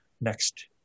next